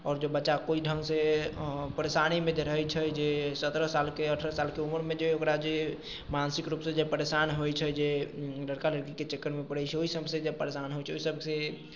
आओर जो बच्चा ओहि ढन्ग से परेशानीमे जे रहैत छै जे सत्रह सालके अठरह सालके उमरमे जे ओकरा जे मानसिक रूपसँ जे परेशान होइत छै जे लड़का लड़कीके चक्करमे पड़ैत छै ओहि सब से जे परेशान होइत छै ओहि सबसे